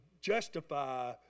justify